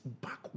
back